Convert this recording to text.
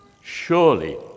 Surely